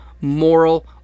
moral